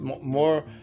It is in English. more